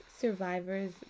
survivor's